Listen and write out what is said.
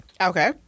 Okay